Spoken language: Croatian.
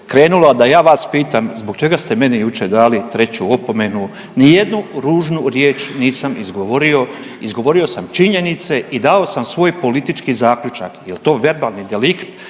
krenula, da ja vas pitam zbog čega ste meni jučer dali treću opomenu, nijednu ružnu riječ nisam izgovorio, izgovorio sam činjenice i dao sam svoj politički zaključak. Je li to verbalni delikt?